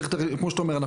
כמו שאתה אומר,